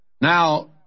Now